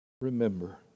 remember